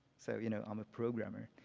so you know i'm a programmer.